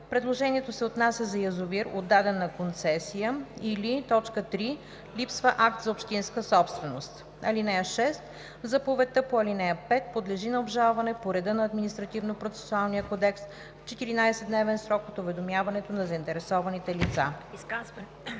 предложението се отнася за язовир, отдаден на концесия, или 3. липсва акт за общинска собственост. (6) Заповедта по ал. 5 подлежи на обжалване по реда на Административнопроцесуалния кодекс в 14-дневен срок от уведомяването на заинтересованите лица.“